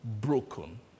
broken